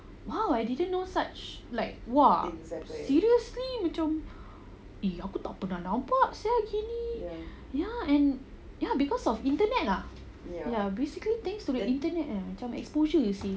!wow! I didn't know such like !wah! seriously macam !ee! aku tak pernah nampak [sial] gini ya because of internet ah ya basically things from the internet eh macam exposure seh